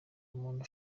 muntu